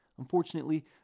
Unfortunately